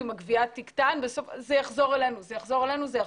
ואם הגבייה תקטן זה יחזור אלינו ולתושבים.